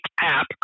app